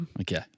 Okay